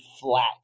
flat